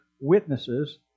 witnesses